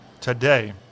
today